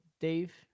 Dave